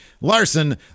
larson